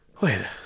Wait